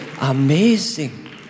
amazing